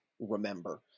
remember